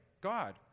God